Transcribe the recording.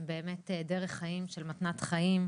הם באמת דרך חיים של מתנת חיים,